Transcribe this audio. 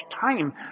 time